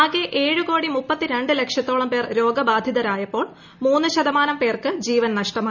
ആകെ ഏഴു കോടി മുപ്പത്തി രണ്ട് ലക്ഷത്തോളം പേർ രോഗബാധിതരായപ്പോൾ മൂന്നു ശതമാനം പേർക്ക് ജീവൻ നഷ്ടമായി